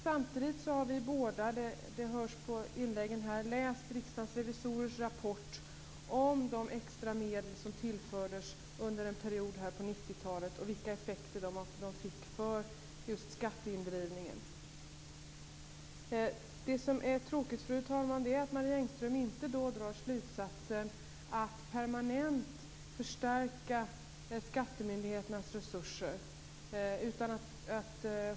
Samtidigt har vi båda, vilket framgår av inläggen, läst Riksdagens revisorers rapport om de extra medel som tillfördes under en period på 90-talet och vilka effekter de fick för just skatteindrivningen. Det som är tråkigt, fru talman, är att Marie Engström då inte drar slutsatsen att man permanent skall förstärka skattemyndigheternas resurser.